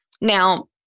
Now